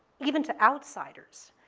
even to outsiders,